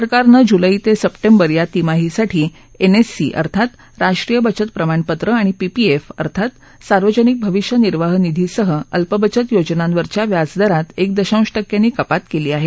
सरकारनं जूलै ते सप्टेंबर या तिमाहीसाठी एनएससी अर्थात राष्ट्रीय बचत प्रमाणपत्र आणि पीपीएफ अर्थात सार्वजनिक भाविष्य निर्वाहनिधीसह अल्पबचत योजनावरच्या व्याजदरात एक दशांश टक्क्यांनी कपात केली आहे